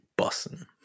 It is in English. bussin